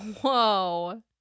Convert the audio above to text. Whoa